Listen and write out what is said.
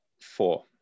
four